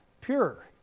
pure